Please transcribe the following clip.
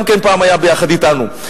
גם כן פעם היה ביחד אתנו,